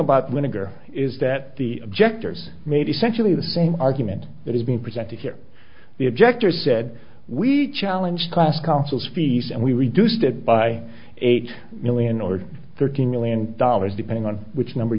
about winter is that the objectors made essentially the same argument that is being presented here the objector said we challenge class councils fees and we reduced it by eight million or thirteen million dollars depending on which number